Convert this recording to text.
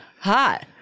Hi